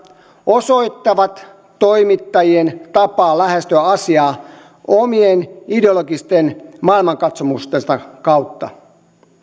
osoittavat toimittajien tapaa lähestyä asiaa omien ideologisten maailmankatsomuksiensa kautta muun muassa